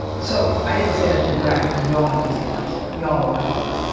so, i didn't say that to brag because we all have busy lives. yeah we all have a lot going on.